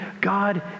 God